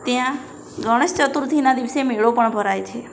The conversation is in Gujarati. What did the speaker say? ત્યાં ગણેશ ચતુર્થીના દિવસે મેળો પણ ભરાય છે